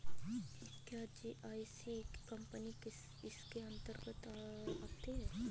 क्या GIC company इसके अन्तर्गत आती है?